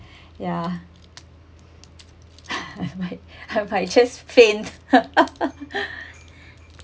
ya I might just faint